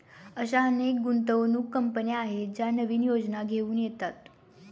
अशा अनेक गुंतवणूक कंपन्या आहेत ज्या नवीन योजना घेऊन येतात